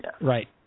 Right